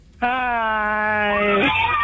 Hi